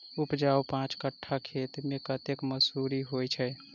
उपजाउ पांच कट्ठा खेत मे कतेक मसूरी होइ छै?